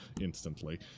instantly